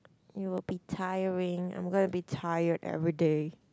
it will be tiring I'm gonna be tired everyday